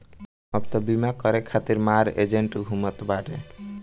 अब तअ बीमा करे खातिर मार एजेन्ट घूमत बाने